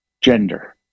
gender